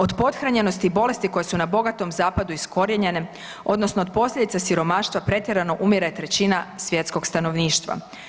Od pothranjenosti i bolesti koje su na bogatom zapadu iskorijenjene odnosno od posljedica siromaštva pretjerano umire trećina svjetskog stanovništva.